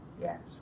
Yes